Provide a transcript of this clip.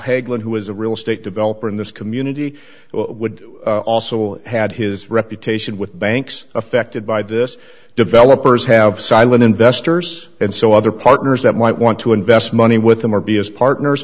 hegland who was a real estate developer in this community would also had his reputation with banks affected by this developers have silent investors and so other partners that might want to invest money with them or be as partners